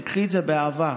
תיקחי את זה באהבה: